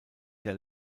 der